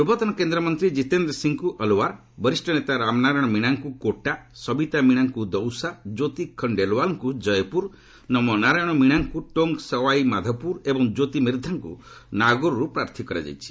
ପୂର୍ବତନ କେନ୍ଦ୍ରମନ୍ତୀ ଜୀତେନ୍ଦ୍ର ସିଂହଙ୍କୁ ଅଲୱାର୍ ବରିଷ୍ଠ ନେତା ରାମନାରାୟଣ ମିଶାଙ୍କୁ କୋଟା ସବିତା ମିଣାଙ୍କୁ ଦୌସା ଜ୍ୟୋତି ଖଣ୍ଡେଲୱାଲଙ୍କୁ କୟପୁର ନମୋନାରାୟଣ ମିଶାଙ୍କୁ ଟୋଙ୍କ୍ ସୱାଇ ମାଧୋପୁର ଏବଂ କ୍ୟୋତି ମିର୍ଦ୍ଧାଙ୍କୁ ନାଗୌର୍ରୁ ପ୍ରାର୍ଥୀ କରାଯାଇଛି